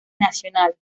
nacionales